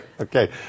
Okay